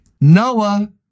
Noah